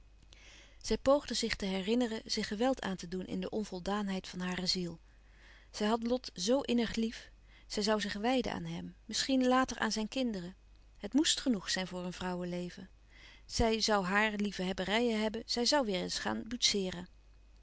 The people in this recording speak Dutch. zij poogde zich te herinneren zich geweld aan te doen in de onvoldaanheid van hare ziel zij had lot zoo innig lief zij zoû zich wijden aan hem misschien later aan zijn kinderen het moest genoeg zijn voor een vrouweleven zij zoû hare liefhebberijen hebben zij zoû weêr eens gaan boetseeren